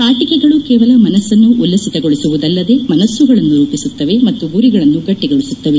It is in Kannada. ಅಟಿಕೆಗಳು ಕೇವಲ ಮನಸ್ಸನ್ನು ಉಲ್ಲಸಿತಗೊಳಿಸುವುದಲ್ಲದೆ ಮನಸ್ಸುಗಳನ್ನು ರೂಪಿಸುತ್ತವೆ ಮತ್ತು ಗುರಿಗಳನ್ನು ಗಟ್ಟಿಗೊಳಿಸುತ್ತವೆ